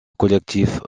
collectif